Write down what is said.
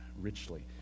richly